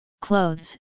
clothes